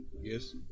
yes